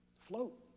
float